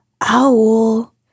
Owl